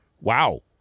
wow